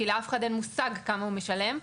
כי לאף אחד אין מושג כמה הוא משלם.